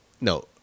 No